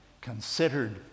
considered